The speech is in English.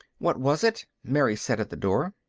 what was it? mary said, at the door.